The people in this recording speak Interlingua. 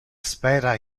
spera